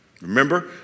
Remember